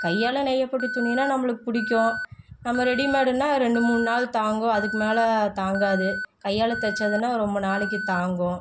கையால் நெய்யப்பட்ட துணியெலாம் நம்மளுக்கு பிடிக்கும் நம்ம ரெடிமேடுனால் ரெண்டு மூண் நாள் தாங்கும் அதுக்கு மேலே தாங்காது கையால் தைச்சதுனா ரொம்ப நாளைக்கு தாங்கும்